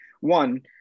one